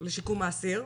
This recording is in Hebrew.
לשיקום האסיר,